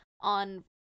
on